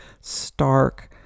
stark